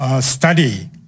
study